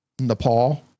Nepal